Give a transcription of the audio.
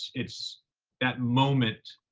it's that moment